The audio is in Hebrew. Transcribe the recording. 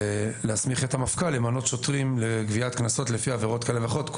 להסמיך את המפכ"ל למנות שוטרים לגביית קנסות לפי עבירות כאלה ואחרות,